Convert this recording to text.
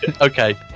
Okay